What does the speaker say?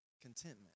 contentment